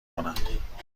کنم